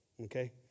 Okay